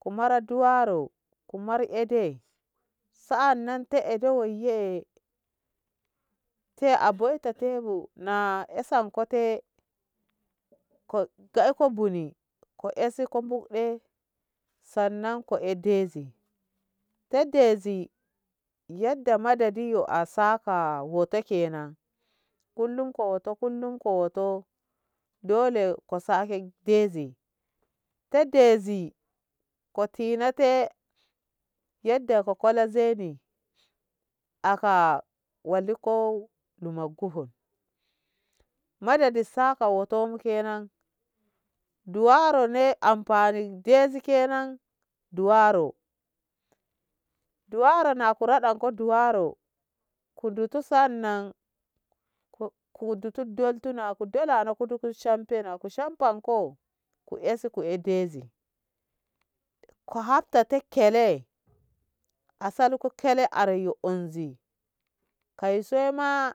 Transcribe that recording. kuma mara duwaro mara ede sanna an te ede wai yee eh te aboi ta tebu na esanko te ko ka eka budi ke isa ko buɗɗe sanna ko e dezi te dezi yadda madadi yo a saka wo'oto kennan kullum ko wo'oto kullum ko wo'oto dole ko sake dezi te dezi ko ti na te yadda ko kola zeni aka wallikko madadi saka wo'oto kennan duwaro anfani dezzi kennan duwaro duwaro nako raɗanko duwaro ku dutu sannan ku dutu doltu na ko da nanako kuduku shamfe na ko shanfanko ku esi ku dezi ko haktata kele asaliko kele aren unzi kai se ma.